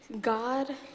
God